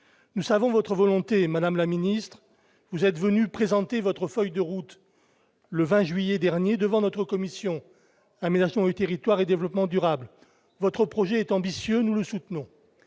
nous savons votre volonté, Madame la Ministre, vous êtes venu présenter votre feuille de route, le 20 juillet dernier devant notre commission Aménagement et Territoires et développement durable : votre projet est ambitieux, nous le soutenons